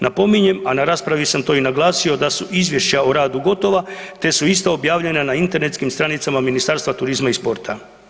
Napominjem, a na raspravi sam to i naglasio da su izvješća o radu gotova te su ista objavljena na internetskim stranicama Ministarstva turizma i sporta.